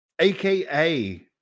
aka